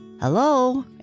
Hello